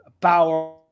power